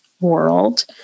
world